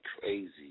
crazy